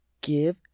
Give